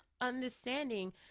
understanding